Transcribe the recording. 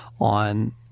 on